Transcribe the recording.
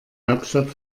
hauptstadt